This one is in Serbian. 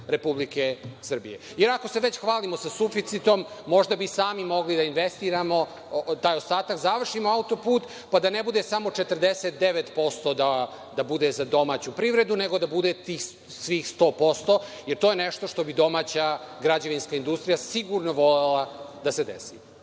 Republike Srbije. Jer, se već hvalimo sa suficitom, možda bi sami mogli da investiramo taj ostatak, završimo autoput pa da ne bude samo 49% da bude za domaću privredu, nego da bude tih svih 100%, jer to je nešto što bi domaća građevinska industrija sigurno volela da se